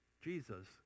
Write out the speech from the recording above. Jesus